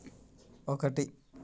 ఒకటి